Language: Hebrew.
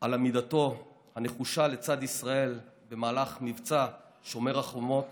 על עמידתו הנחושה לצד ישראל במהלך מבצע שומר החומות